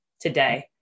today